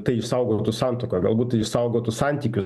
tai išsaugotų santuoką galbūt išsaugotų santykius